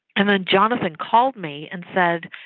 and then jonathan called me and said,